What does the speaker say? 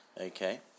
Okay